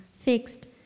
fixed